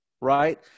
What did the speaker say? right